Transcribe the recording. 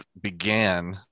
began